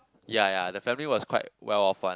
ya ya the family was quite well off one